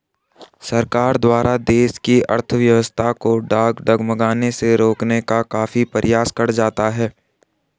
सरकार द्वारा देश की अर्थव्यवस्था को डगमगाने से रोकने का काफी प्रयास करा जाता है